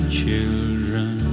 children